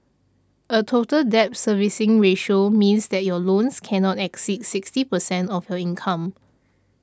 a Total Debt Servicing Ratio means that your loans cannot exceed sixty percent of your income